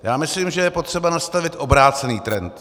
Já myslím, že je potřeba nastavit obrácený trend.